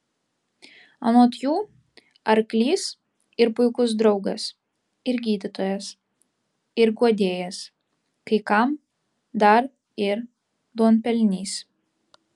anot jų arklys ir puikus draugas ir gydytojas ir guodėjas kai kam dar ir duonpelnys